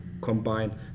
combine